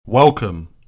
Welcome